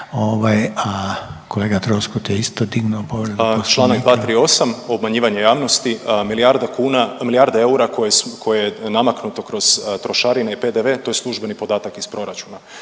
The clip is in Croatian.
**Troskot, Zvonimir (MOST)** Čl. 238, obmanjivanje javnost. Milijarda kuna, milijarda eura koje je namaknuto kroz trošarine i PDV, to je službeni podatak iz proračuna.